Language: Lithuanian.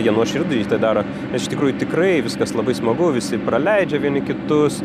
jie nuoširdai tą daro iš tikrųjų tikrai viskas labai smagu visi praleidžia vieni kitus